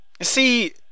See